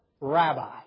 rabbi